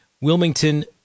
Wilmington